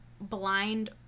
blind